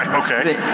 okay.